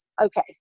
okay